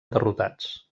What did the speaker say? derrotats